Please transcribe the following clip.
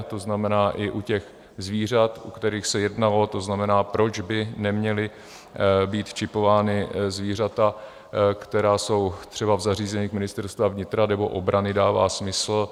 To znamená, i u těch zvířat, u kterých se jednalo, to znamená, proč by neměla být čipována zvířata, která jsou třeba v zařízeních Ministerstva vnitra nebo obrany, dává smysl.